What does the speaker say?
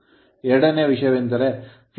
ಎರಡನೆಯ ವಿಷಯವೆಂದರೆ ಫ್ಲಕ್ಸ್ ಸಾಂದ್ರತೆ B ∅a